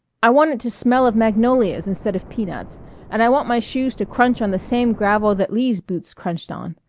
i want it to smell of magnolias instead of peanuts and i want my shoes to crunch on the same gravel that lee's boots crunched on.